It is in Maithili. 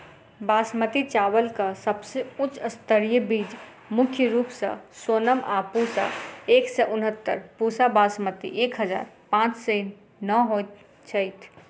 बासमती चावल केँ सबसँ उच्च स्तरीय बीज मुख्य रूप सँ सोनम आ पूसा एक सै उनहत्तर, पूसा बासमती एक हजार पांच सै नो होए छैथ?